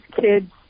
kids